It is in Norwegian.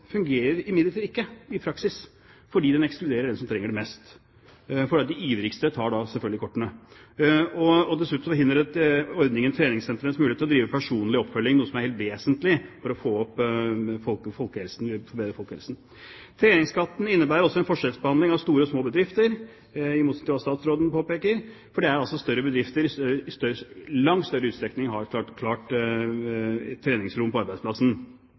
fungerer imidlertid ikke i praksis, fordi den ekskluderer dem som trenger det mest, for de ivrigste tar selvfølgelig kortene. Dessuten forhindrer ordningen treningssentrenes mulighet til å drive personlig oppfølging, noe som er helt vesentlig for å forbedre folkehelsen. Treningsskatten innebærer også en forskjellsbehandling av store og små bedrifter, i motsetning til hva statsråden påpeker, for større bedrifter har i langt større utstrekning treningsrom på arbeidsplassen